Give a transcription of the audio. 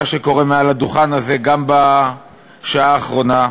שקורה על הדוכן הזה גם בשעה האחרונה,